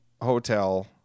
hotel